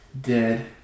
dead